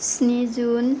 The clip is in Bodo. स्नि जुन